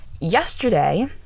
Yesterday